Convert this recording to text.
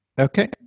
Okay